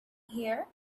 here